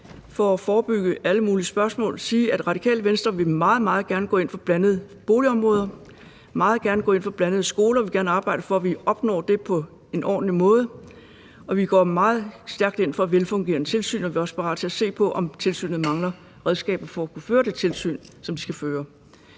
for at forebygge alle mulige spørgsmål – sige, at Det Radikale Venstre meget, meget gerne vil gå ind for blandede boligområder, vil meget gerne gå ind for blandede skoler, vil gerne arbejde for, at vi opnår det på en ordentlig måde. Og vi går meget stærkt ind for et velfungerende tilsyn, og vi er også parate til at se på, om tilsynet mangler redskaber for at kunne føre det tilsyn, som det skal føre.